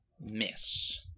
miss